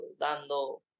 dando